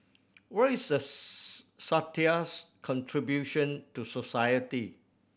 what is a satire's contribution to society